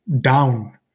down